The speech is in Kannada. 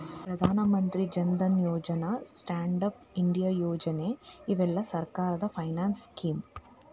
ಪ್ರಧಾನ ಮಂತ್ರಿ ಜನ್ ಧನ್ ಯೋಜನೆ ಸ್ಟ್ಯಾಂಡ್ ಅಪ್ ಇಂಡಿಯಾ ಯೋಜನೆ ಇವೆಲ್ಲ ಸರ್ಕಾರದ ಫೈನಾನ್ಸ್ ಸ್ಕೇಮ್